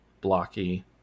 blocky